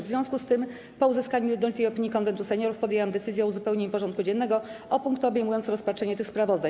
W związku z tym, po uzyskaniu jednolitej opinii Konwentu Seniorów, podjęłam decyzję o uzupełnieniu porządku dziennego o punkty obejmujące rozpatrzenie tych sprawozdań.